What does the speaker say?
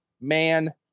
man